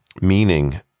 meaning